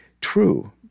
true